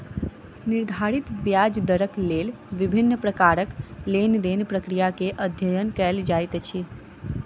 निर्धारित ब्याज दरक लेल विभिन्न प्रकारक लेन देन प्रक्रिया के अध्ययन कएल जाइत अछि